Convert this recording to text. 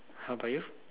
how about you